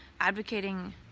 advocating